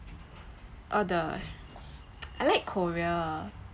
all the I like korea